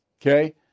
Okay